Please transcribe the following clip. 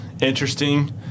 interesting